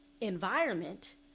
environment